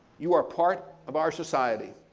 you are part of our society.